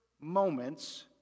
moments